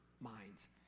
minds